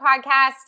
podcast